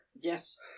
Yes